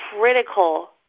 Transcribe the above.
critical